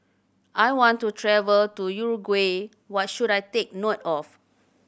I want to travel to Uruguay what should I take note of